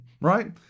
right